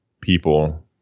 people